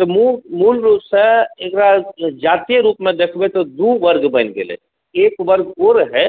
तऽ मूल रूपसँ एकरा जातीय रूपमे देखबै तऽ दू वर्ग बनि गेलै एक वर्ग ओ रहै